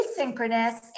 asynchronous